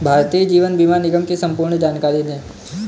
भारतीय जीवन बीमा निगम की संपूर्ण जानकारी दें?